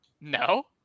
No